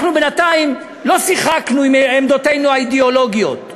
אנחנו בינתיים לא שיחקנו עם עמדותינו האידיאולוגיות.